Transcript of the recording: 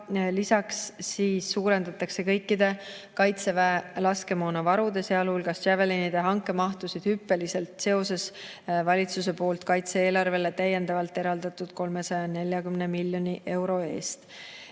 lisaks suurendatakse kõikide Kaitseväe laskemoonavarude ja ka Javelinide hanke mahtu hüppeliselt seoses valitsuse poolt kaitse-eelarvele täiendavalt eraldatud 340 miljoni euroga.